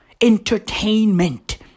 Entertainment